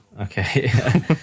Okay